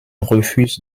refuse